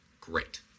great